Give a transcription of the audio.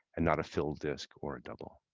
and not a filled disk or double.